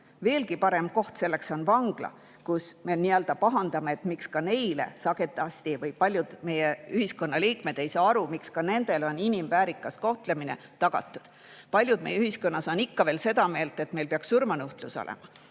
Veelgi parem koht selleks on vangla, kus me nii-öelda pahandame, sagedasti paljud meie ühiskonna liikmed ei saa aru, miks ka [vangidele] on inimväärikas kohtlemine tagatud. Paljud meie ühiskonnas on ikka veel seda meelt, et meil peaks surmanuhtlus olema.